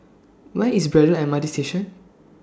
Where IS Braddell M R T Station